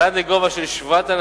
ועד לסכום של 7,006